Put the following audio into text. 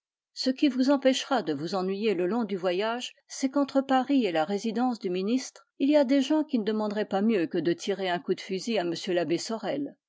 ce qui vous empêchera de vous ennuyer le long du voyage c'est qu'entre paris et la résidence du ministre il y a des gens qui ne demanderaient pas mieux que de tirer un coup de fusil à m l'abbé sorel